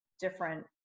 different